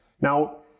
Now